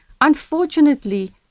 unfortunately